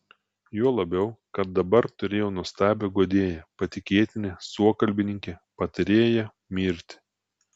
juo labiau kad dabar turėjo nuostabią guodėją patikėtinę suokalbininkę patarėją mirtį